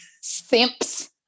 Simps